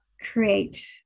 create